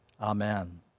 Amen